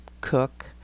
cook